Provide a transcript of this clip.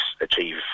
achieve